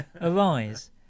arise